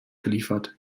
geliefert